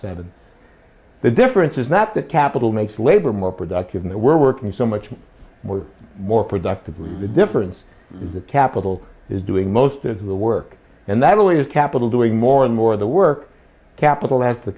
seven the difference is not that capital makes labor more productive in that we're working so much more more productively the difference is that capital is doing most of the work and that really is capital doing more and more of the work capital has the